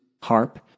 harp